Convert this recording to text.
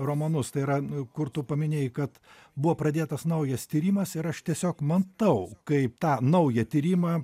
romanus tai yra kur tu paminėjai kad buvo pradėtas naujas tyrimas ir aš tiesiog matau kaip tą naują tyrimą